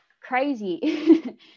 crazy